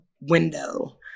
window